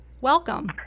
Welcome